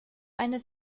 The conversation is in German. eine